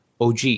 OG